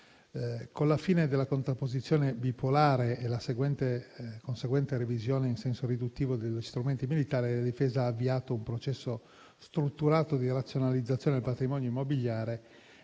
Con la fine della contrapposizione bipolare e la conseguente revisione in senso riduttivo dello strumento militare, la Difesa ha avviato un processo strutturato di razionalizzazione del patrimonio immobiliare,